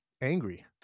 angry